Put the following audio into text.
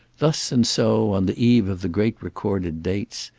thus and so, on the eve of the great recorded dates,